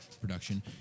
production